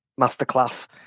masterclass